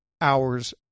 hours